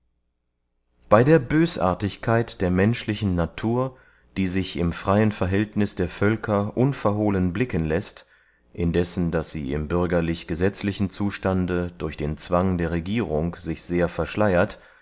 bey der bösartigkeit der menschlichen natur die sich im freyen verhältnis der völker unverholen blicken läßt indessen daß sie im bürgerlich gesetzlichen zustande durch den zwang der regierung sich sehr verschleyert